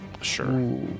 Sure